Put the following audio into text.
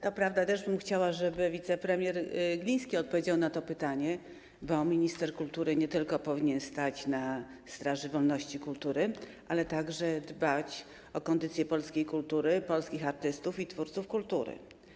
To prawda, też bym chciała, żeby wicepremier Gliński odpowiedział na to pytanie, bo minister kultury powinien nie tylko stać na straży wolności kultury, ale także dbać o kondycję polskiej kultury, polskich artystów i twórców kultury.